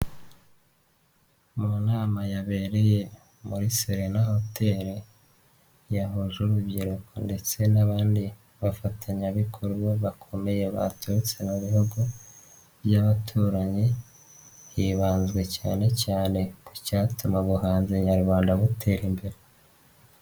Mu nama yabereye muri Serena hoteri yahuje urubyiruko ndetse n'abandi bafatanyabikorwa bakomeye baturutse mu bihugu by'abaturanyi, hibanzwe cyane cyane ku cyatuma ubuhanzi nyarwanda butera imbere.